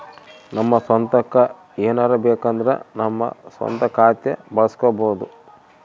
ನಮ್ಮ ಸ್ವಂತಕ್ಕ ಏನಾರಬೇಕಂದ್ರ ನಮ್ಮ ಸ್ವಂತ ಖಾತೆ ಬಳಸ್ಕೋಬೊದು